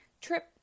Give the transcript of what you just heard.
Trip